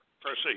Proceed